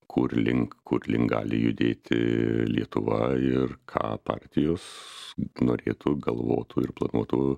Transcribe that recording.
kur link kur link gali judėti lietuva ir ką partijos norėtų galvotų ir planuotų